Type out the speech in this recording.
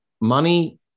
Money